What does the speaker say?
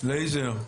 לייזר,